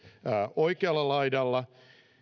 oikealla laidalla